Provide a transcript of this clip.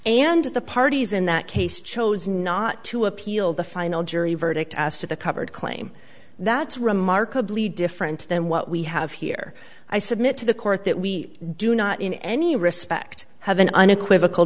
and the parties in that case chose not to appeal the final jury verdict as to the covered claim that's remarkably different than what we have here i submit to the court that we do not in any respect have an unequivocal